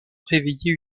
réveillé